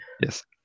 Yes